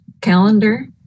calendar